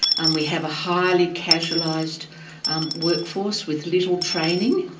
we have a highly casualised um workforce with little training.